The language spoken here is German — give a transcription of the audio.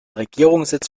regierungssitz